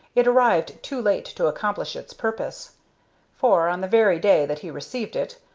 it arrived too late to accomplish its purpose for, on the very day that he received it,